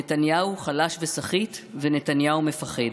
נתניהו חלש וסחיט ונתניהו מפחד.